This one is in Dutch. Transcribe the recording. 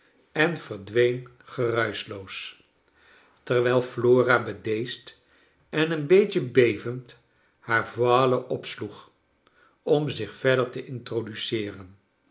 en verdween geruischloos terwijl flora bedeesd en een beetje bevend haar voile opsloeg om zicii verder te introduceeren